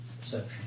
Perception